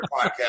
podcast